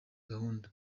gahunda